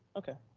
okay,